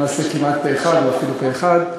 למעשה כמעט פה אחד או אפילו פה אחד,